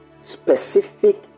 specific